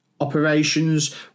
operations